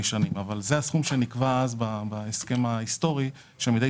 השנים אבל זה הסכום שנקבע אז בהסכם ההיסטורי שמדי